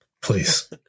please